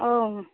औ